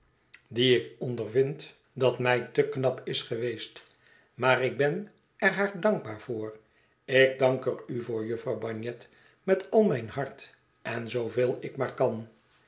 die ik ondervind dat mij te knap is geweest maar ik ben er haar dankbaar voor ik dank er u voor jufvrouw bagnet met al mijn hart en zooveel ik maar kan